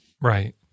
Right